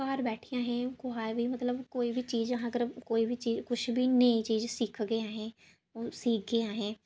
घर बैठिये असें कुसा बी मतलब कोई बी चीज अगर कुछ बी नईं चीज सिक्खगे आहें सीगे आहें